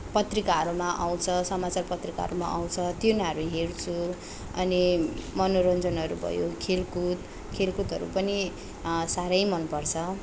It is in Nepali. पत्रिकाहरूमा आउँछ समाचार पत्रिकाहरूमा आउँछ तिनीहरू हेर्छु अनि मनोरञ्जनहरू भयो खेलकुद खेलकुदहरू पनि साह्रै मनपर्छ